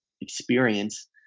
experience